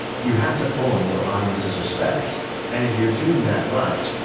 you have to earn your audience's respect and if you're doing that right,